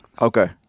okay